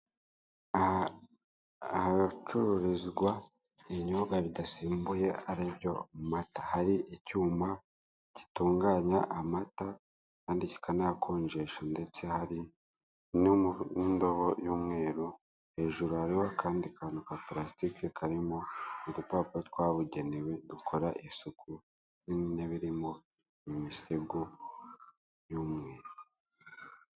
Ahacururizwa ibinyobwa bidasimbuye ari byo amata hari icyuma gitunganya amata kandi kikanayakonjesha ndetse hari n'indobo y'umweru, hejuru harihoho akandi kantu ka pulasitiki karimo udupapuro twabugenewe dukora isuku, n'intebe irimo imisego y'umweru.